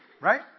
Right